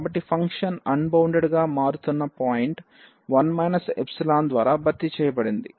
కాబట్టి function unbounded గా మారుతున్న పాయింట్ 1 ϵ ద్వారా భర్తీ చేయబడింది